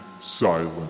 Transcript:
Silent